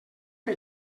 que